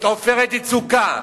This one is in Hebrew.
את "עופרת יצוקה",